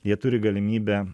jie turi galimybę